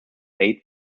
eight